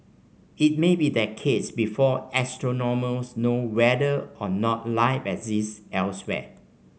it may be decades before astronomers know whether or not life exists elsewhere